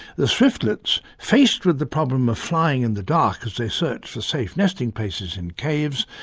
the swiftlets, faced with the problem of flying in the dark as they searched for safe nesting places in caves,